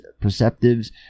perceptives